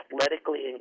athletically